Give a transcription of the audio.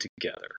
together